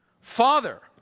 Father